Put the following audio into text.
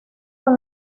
con